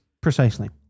Precisely